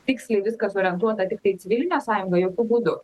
tiksliai viskas orientuota tiktai į civilinę sąjungą jokiu būdu